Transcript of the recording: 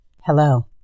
Hello